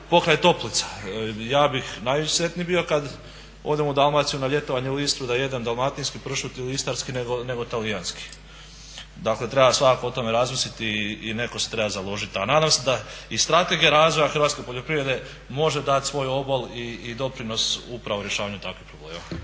pokraj toplicama. Ja bih najsretniji bio kad odem u Dalmaciju na ljetovanje u Istru da jedem dalmatinski pršut ili istarski nego talijanski. Dakle treba svakako o tome razmisliti i netko se treba založit, a nadam se da i Strategija razvoja hrvatske poljoprivrede može dat svoj obol i doprinos upravo rješavanju takvih problema.